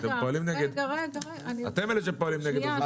אתם אלה שפועלים נגד.